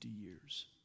years